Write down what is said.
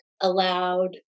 allowed